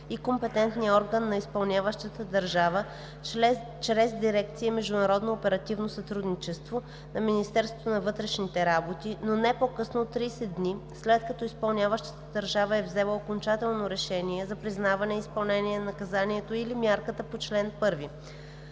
и компетентния орган на изпълняващата държава, чрез дирекция „Международно оперативно сътрудничество“ на Министерството на вътрешните работи, но не по-късно от 30 дни, след като изпълняващата държава е взела окончателно решение за признаване и изпълнение на наказанието или мярката по чл. 1.